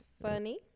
Funny